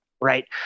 right